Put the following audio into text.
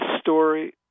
story